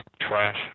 trash